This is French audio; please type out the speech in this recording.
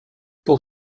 pour